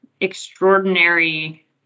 extraordinary